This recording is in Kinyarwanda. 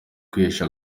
kwihesha